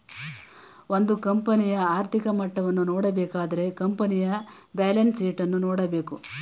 ಒಂದು ಕಂಪನಿಯ ಆರ್ಥಿಕ ಮಟ್ಟವನ್ನು ನೋಡಬೇಕಾದರೆ ಕಂಪನಿಯ ಬ್ಯಾಲೆನ್ಸ್ ಶೀಟ್ ಅನ್ನು ನೋಡಬೇಕು